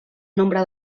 nombre